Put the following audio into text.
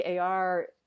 AR